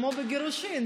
כמו בגירושים,